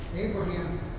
Abraham